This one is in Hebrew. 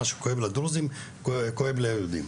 מה שכואב לדרוזים, כואב ליהודים.